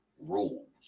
rules